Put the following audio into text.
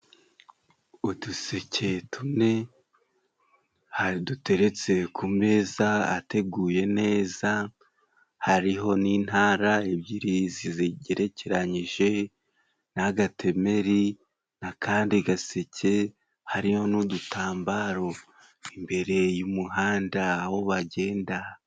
Uduseke tune duteretse ku meza ateguye neza, hariho n'intara ebyiri zigerekeranyije n'agatemeri n'akandi gaseke. Hari n'udutambaro imbere y'umuhanda aho bagenda.